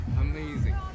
amazing